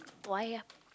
why ah